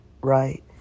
right